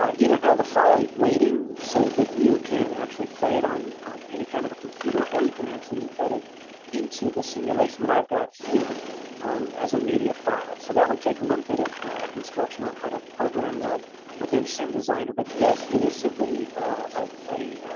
either have the file waiting so that you can actually play it on on any kind of a computer or you can actually embed it into the simulation that i've got here, um as a media file so that would take a little bit of instruction on how to program that within sim designer. but yes, it is simply a